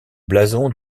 blason